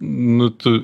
nu tu